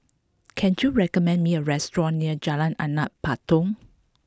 can you recommend me a restaurant near Jalan Anak Patong